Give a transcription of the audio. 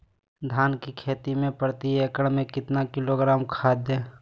धान की खेती में प्रति एकड़ में कितना किलोग्राम खाद दे?